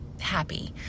happy